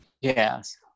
Yes